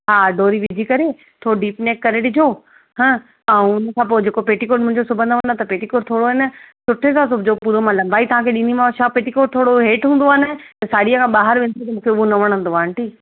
हा डोरी विझी करे थोरो डीप नैक करे ॾिजो हा ऐं उन खां पोइ जेको पेटीकोट मुंहिंजो सिबंदव न पेटीकोट थोरो आहे न सुठे सां सिबिजो थोरो मां लंबाई तव्हांखे ॾींदीमांव छा पेटीकोट थोरो हेठ हूंदो आ्हे न त साड़ीअ खां ॿाहिरि वेंदो मूंखे न उहो न वणंदो आहे आंटी